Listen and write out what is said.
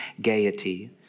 gaiety